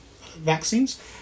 vaccines